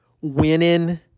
winning